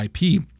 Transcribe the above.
IP